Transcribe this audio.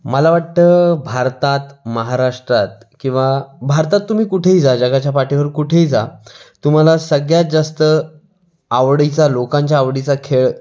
मला वाटतं भारतात महाराष्ट्रात किंवा भारतात तुम्ही कुठेही जा जगाच्या पाठीवर कुठेही जा तुम्हाला सगळ्यात जास्त आवडीचा लोकांच्या आवडीचा खेळ